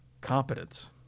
competence